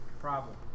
Problem